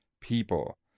people